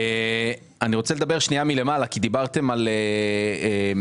אני רוצה לדבר שנייה מלמעלה: דיברתם על סעיפים.